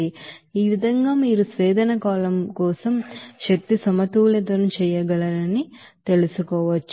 కాబట్టి ఈ విధంగా మీరు డిస్టిలేషన్ కాలమ్ కోసం ఎనర్జీ బాలన్స్ ను చేయగలరని మీరు తెలుసుకోవచ్చు